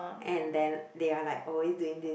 and then they are like always doing this